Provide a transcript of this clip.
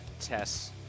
tests